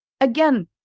again